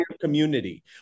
community